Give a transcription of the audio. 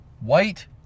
white